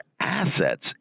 assets